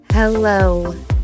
Hello